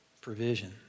provision